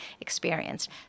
experienced